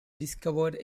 discovered